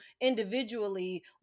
individually